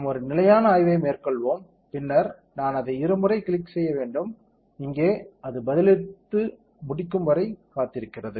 நாம் ஒரு நிலையான ஆய்வை மேற்கொள்வோம் பின்னர் நான் அதை இருமுறை கிளிக் செய்ய வேண்டும் இங்கே அது பதிலளித்து முடிக்கும் வரை காத்திருக்கிறது